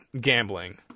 gambling